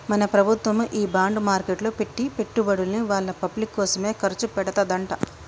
మన ప్రభుత్వము ఈ బాండ్ మార్కెట్లో పెట్టి పెట్టుబడుల్ని వాళ్ళ పబ్లిక్ కోసమే ఖర్చు పెడతదంట